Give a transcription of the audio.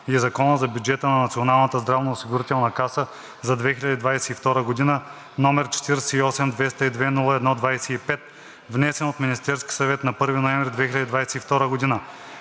и Закона за бюджета на Националната здравноосигурителна каса за 2022 г., № 48 202 01 25, внесен от Министерски съвет на 1 ноември 2022 г., да